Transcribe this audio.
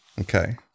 Okay